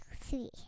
three